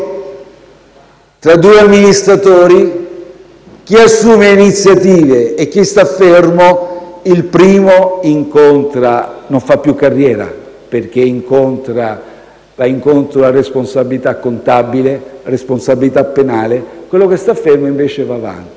tra due amministratori, tra chi assume le iniziative e chi sta fermo, il primo non fa più carriera, perché va incontro a responsabilità contabile e responsabilità penale, mentre quello che sta fermo invece va avanti.